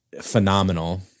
phenomenal